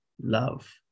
love